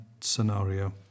scenario